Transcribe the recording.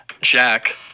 Jack